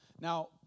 Now